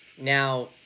Now